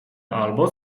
albo